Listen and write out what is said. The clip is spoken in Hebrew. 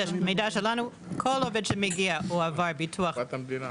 כל עובד שמגיע עבר בדיקת בריאות.